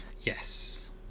Yes